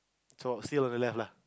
so seal on the left lah